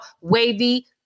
Wavy